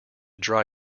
dry